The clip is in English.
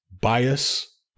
bias